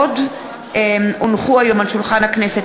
עוד הונחו היום על שולחן הכנסת,